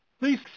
please